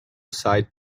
site